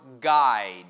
guide